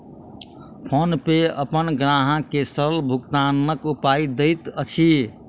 PhonePe अपन ग्राहक के सरल भुगतानक उपाय दैत अछि